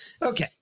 Okay